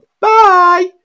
Bye